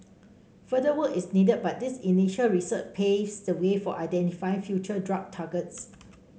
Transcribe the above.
further work is needed but this initial research paves the way for identify future drug targets